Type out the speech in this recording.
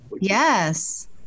yes